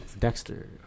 Dexter